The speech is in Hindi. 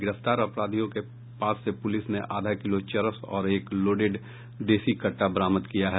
गिरफ्तार अपराधियों के पास से पुलिस ने आधा किलो चरस और एक लोडेड देशी कट्टा बरामद किया है